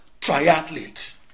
triathlete